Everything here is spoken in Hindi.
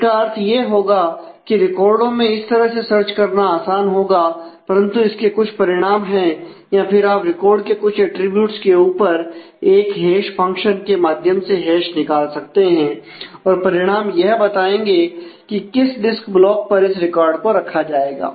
इसका अर्थ यह होगा की रिकार्डो में इस तरह से सर्च करना आसान होगा परंतु इसके कुछ परिणाम है या फिर आप रिकॉर्ड के कुछ अटरीब्यूट्स के ऊपर एक हैश फंक्शन निकाल सकते हैं और परिणाम यह बताएंगे किस डिस्क ब्लॉक पर इस रिकॉर्ड को रखा जाएगा